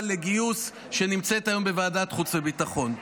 על גיוס שנמצאת היום בוועדת חוץ וביטחון.